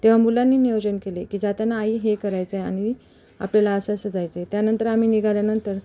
तेव्हा मुलांनी नियोजन केले की जाताना आई हे करायचं आहे आणि आपल्याला असं असं जायचं आहे त्यानंतर आम्ही निघाल्यानंतर